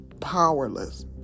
powerless